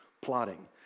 plotting